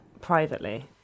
privately